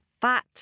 fat